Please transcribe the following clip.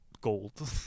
gold